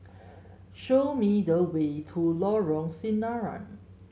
show me the way to Lorong Sinaran